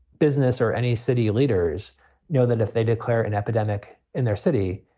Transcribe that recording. business or any city leaders know that if they declare an epidemic in their city,